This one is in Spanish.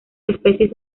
especies